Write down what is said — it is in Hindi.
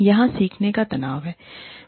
यहाँ सीखने का तनाव हैं